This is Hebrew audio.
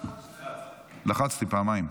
לחצתי פעמיים.